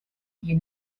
you